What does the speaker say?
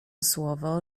słowo